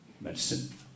medicine